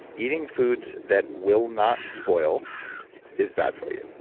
eating foods that will not spoil is bad for you.